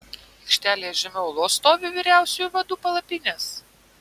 aikštelėje žemiau olos stovi vyriausiųjų vadų palapinės